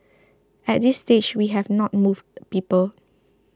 at this stage we have not moved people